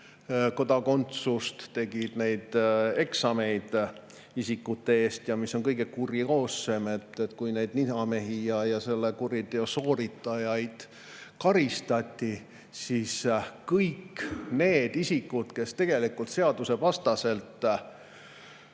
kodakondsust, tegi neid eksameid isikute eest. Ja mis on kõige kurioossem, kui neid ninamehi ja selle kuriteo sooritajaid karistati, siis kõik need isikud, kes tegelikult seadusevastaselt